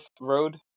Road